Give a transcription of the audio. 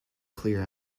clear